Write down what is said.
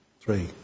Three